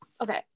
Okay